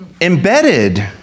embedded